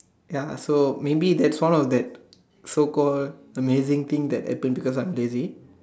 ya so maybe that's one of that so called amazing thing that happen because I am lazy